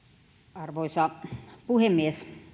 arvoisa puhemies